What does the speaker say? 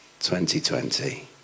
2020